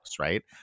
Right